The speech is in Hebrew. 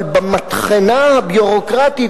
אבל במטחנה הביורוקרטית,